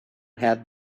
had